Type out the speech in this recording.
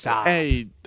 hey